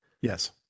Yes